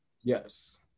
Yes